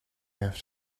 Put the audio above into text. have